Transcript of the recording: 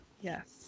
yes